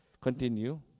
Continue